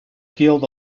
guild